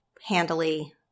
handily